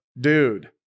dude